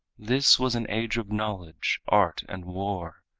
this was an age of knowledge, art and war,